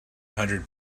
hundred